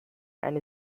and